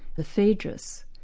the phaedrus,